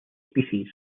species